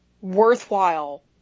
worthwhile